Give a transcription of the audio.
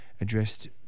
addressed